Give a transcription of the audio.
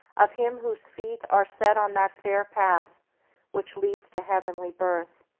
of him whose feet are set on that fair path which leads to heavenly birth!